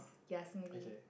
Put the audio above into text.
ya smoothies